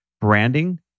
branding